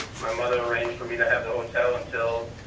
my mother arranged for me to have the hotel until